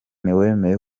wemeye